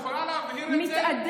את יכולה להבהיר את זה,